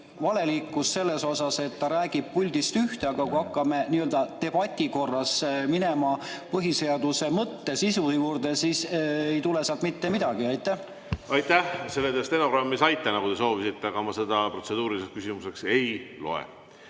valelikkus selles osas, et ta räägib puldist ühte, aga kui hakkame debati korras minema põhiseaduse mõtte ja sisu juurde, siis ei tule sealt mitte midagi? Aitäh! Selle [jutu] te stenogrammi saite, nagu te soovisite, aga ma seda protseduuriliseks küsimuseks ei loe.